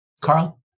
Carl